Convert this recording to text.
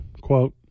quote